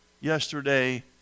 yesterday